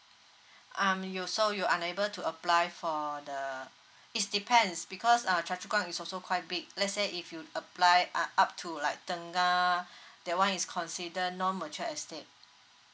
um you so you're unable to apply for the it's depends because uh choa chu kang is also quite big let's say if you apply uh up to like tengah that [one] is consider non mature estate